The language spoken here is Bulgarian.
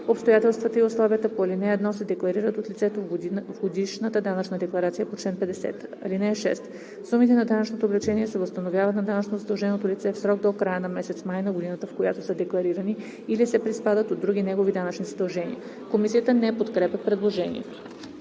Обстоятелствата и условията по ал. 1 се декларират от лицето в годишната данъчна декларация по чл. 50. (6) Сумите на данъчното облекчение се възстановяват на данъчно задълженото лице в срок до края на месец май на годината, в която са декларирани или се приспадат от други негови данъчни задължения.“ Комисията не подкрепя предложението.